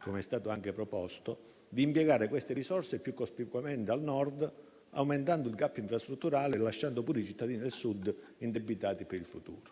com'è stato anche proposto - di impiegare queste risorse più cospicuamente al Nord, aumentando il *gap* infrastrutturale e lasciando pure i cittadini del Sud indebitati per il futuro.